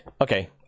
okay